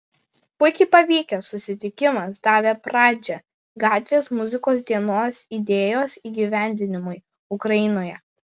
puikiai pavykęs susitikimas davė pradžią gatvės muzikos dienos idėjos įgyvendinimui ukrainoje